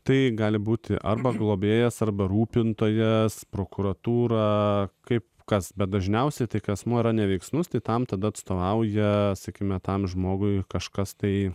tai gali būti arba globėjas arba rūpintojas prokuratūrą kaip kas bet dažniausiai tik asmuo yra neveiksnus tai tam tada atstovauja sakykime tam žmogui kažkas tai